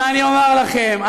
ואני אומַר לכם,